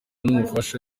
n’umufasha